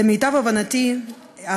למיטב הבנתי,